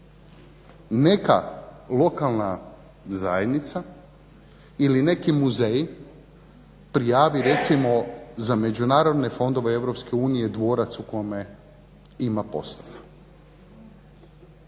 neka lokalna zajednica ili neki muzej prijavi recimo za međunarodne fondove EU dvorac u kome ima postaf